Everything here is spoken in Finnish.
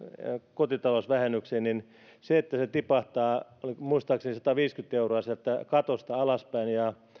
kotitalousvähennykseen tämä muutos että se tipahtaa muistaakseni sataviisikymmentä euroa sieltä katosta alaspäin ja